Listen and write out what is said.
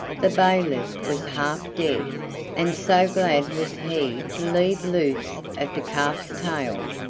the bailiff was half dead and so glad was he to leave loose of the calf's tail,